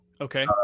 Okay